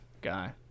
guy